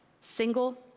single